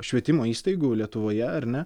švietimo įstaigų lietuvoje ar ne